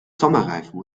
sommerreifen